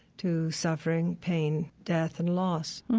to suffering, pain, death and loss.